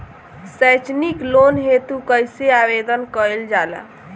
सैक्षणिक लोन हेतु कइसे आवेदन कइल जाला?